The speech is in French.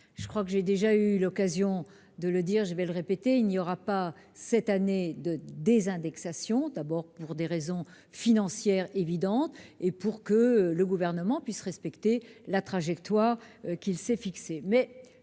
des collectivités et l'indexation de la DGF. Je le répète, il n'y aura pas cette année de désindexation, pour des raisons financières évidentes et pour que le Gouvernement puisse respecter la trajectoire qu'il s'est fixée.